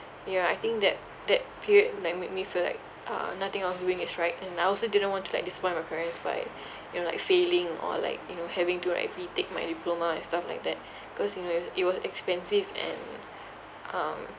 ya I think that that period like make me feel like uh nothing I was doing is right and I also didn't want to like disappoint my parents by you know like failing or like you know having to like retake my diploma and stuff like that cause you know is it was expensive and um